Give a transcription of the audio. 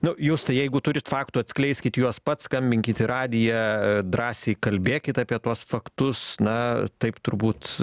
nu jūs tai jeigu turite faktų atskleiskit juos pats skambinkit į radiją drąsiai kalbėkit apie tuos faktus na taip turbūt